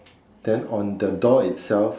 then on the door itself